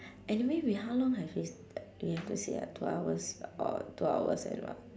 anyway we how long have we s~ we have to sit here two hours or two hours and what